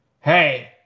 Hey